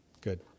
Good